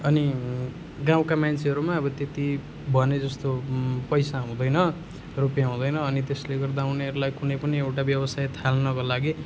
अनि गाउँका मान्छेहरूमा अब त्यति भने जस्तो पैसा हुँदैन रुपियाँ हुँदैन अनि त्यसले गर्दा उनीहरूलाई कुनै पनि एउटा व्यवसाय थाल्नको लागि